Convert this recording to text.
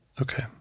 Okay